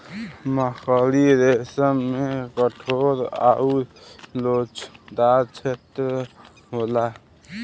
मकड़ी रेसम में कठोर आउर लोचदार छेत्र होला